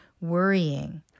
worrying